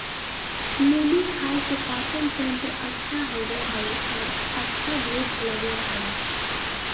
मुली खाय से पाचनतंत्र अच्छा होबय हइ आर अच्छा भूख लगय हइ